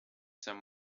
some